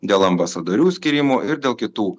dėl ambasadorių skyrimo ir dėl kitų